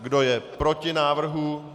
Kdo je proti návrhu?